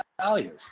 values